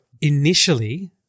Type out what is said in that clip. initially